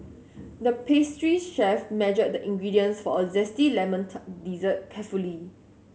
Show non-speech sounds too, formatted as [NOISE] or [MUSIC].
the pastry chef measured the ingredients for a zesty lemon [UNINTELLIGIBLE] dessert carefully